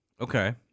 Okay